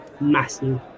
massive